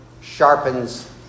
sharpens